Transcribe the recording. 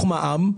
מע"מ,